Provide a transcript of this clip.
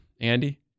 Andy